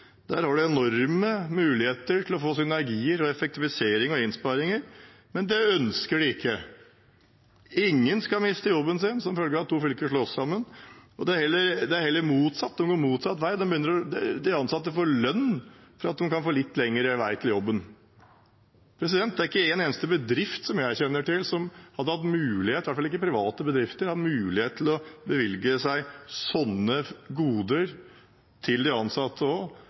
har de enorme muligheter til å få synergier, effektivisering og innsparinger, men det ønsker de ikke. Ingen skal miste jobben sin som følge av at to fylker slås sammen. Det er heller motsatt – de går motsatt vei – de ansatte får lønn for at de kan få litt lengre vei til jobben. Det er ikke en eneste bedrift som jeg kjenner til, i hvert fall ikke av private bedrifter, som hadde hatt mulighet til å bevilge seg sånne goder til de ansatte og